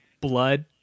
blood